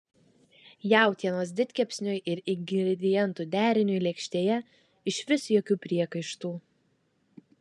jautienos didkepsniui ir ingredientų deriniui lėkštėje išvis jokių priekaištų